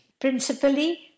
principally